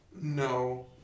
no